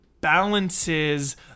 balances